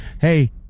hey